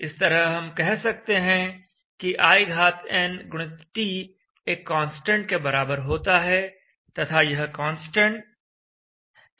इस तरह हम कह सकते हैं कि in x t एक कांस्टेंट के बराबर होता है तथा यह कांस्टेंट कैपेसिटी को दर्शाता है